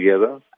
together